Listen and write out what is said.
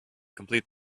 complete